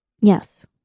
Yes